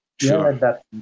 sure